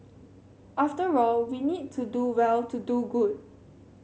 after all we need to do well to do good